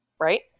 right